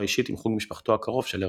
האישית עם חוג משפחתו הקרוב של הרצל.